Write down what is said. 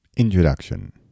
Introduction